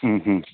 हं हं